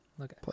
Okay